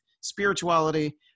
Spirituality